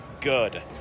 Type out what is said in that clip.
good